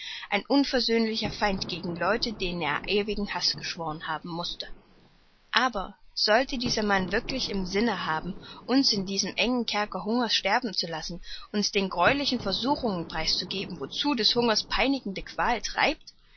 ein unversöhnlicher feind gegen leute denen er ewigen haß geschworen haben mußte aber sollte dieser mann wirklich im sinne haben uns in diesem engen kerker hungers sterben zu lassen uns den gräulichen versuchungen preis zu geben wozu des hungers peinigende qual treibt